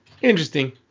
Interesting